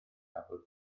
gafodd